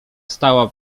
stała